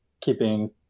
keeping